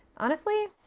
honestly?